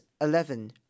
Eleven